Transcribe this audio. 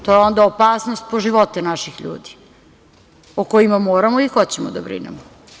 To je onda opasnost po živote naših ljudi o kojima moramo i hoćemo da brinemo.